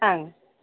ஆ